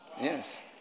Yes